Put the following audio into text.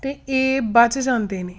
ਅਤੇ ਇਹ ਬਚ ਜਾਂਦੇ ਨੇ